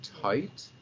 tight